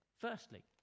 Firstly